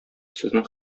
сезнең